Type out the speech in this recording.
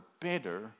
better